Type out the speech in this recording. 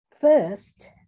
First